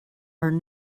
are